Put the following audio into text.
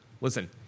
Listen